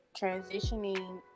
transitioning